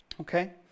Okay